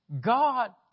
God